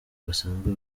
basanzwe